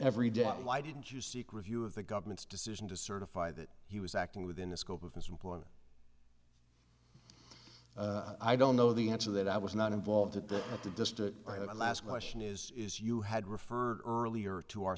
every day but why didn't you seek review of the government's decision to certify that he was acting within the scope of his employment i don't know the answer that i was not involved at that at the distant last question is you had referred earlier to our